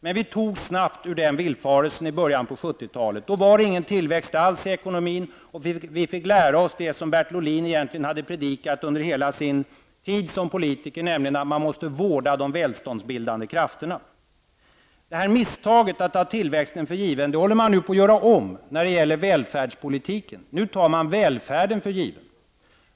Men vi togs snabbt ur den villfarelsen i början av 1970-talet. Då var det ingen tillväxt alls i ekonomin. Vi fick lära oss det som Bertil Ohlin egentligen hade predikat under hela sin tid som politiker, nämligen att man måste vårda de välståndsbildande krafterna. Misstaget att ta tillväxten för given håller man nu på att göra om i välfärdspolitiken. Nu tar man välfärden för given.